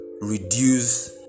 Reduce